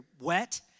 wet